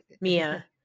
Mia